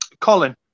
Colin